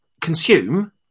consume